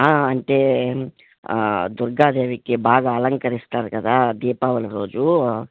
అంటే దుర్గాదేవికి బాగా అలంకరిస్తారు కదా దీపావళి రోజు